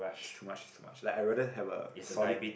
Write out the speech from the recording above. is too much is too much like I rather have a solid